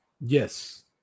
yes